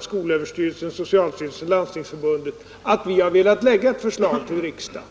skolöverstyrelsen, socialstyrelsen och Landstingsförbundet, att vi har velat framlägga ett förslag för riksdagen.